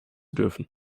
dürfen